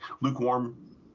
lukewarm